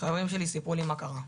חברים שלי סיפרו לי מה קרה,